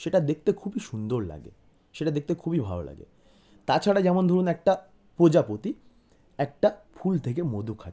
সেটা দেখতে খুবই সুন্দর লাগে সেটা দেখতে খুবই ভাল লাগে তাছাড়া যেমন ধরুন একটা প্রজাপতি একটা ফুল থেকে মধু খাচ্ছে